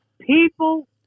people